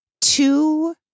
two